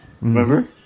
remember